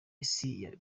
isi